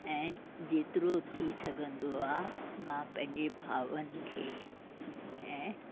ऐं जेतिरो थी सघंदो आहे मां पंहिंजे भावनि खे ऐं